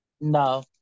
no